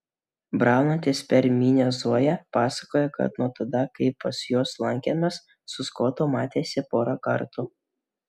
braunantis per minią zoja pasakoja kad nuo tada kai pas juos lankėmės su skotu matėsi porą kartų